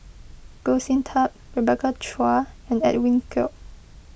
Goh Sin Tub Rebecca Chua and Edwin Koek